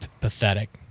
pathetic